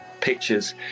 pictures